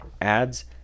adds